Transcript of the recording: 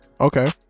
Okay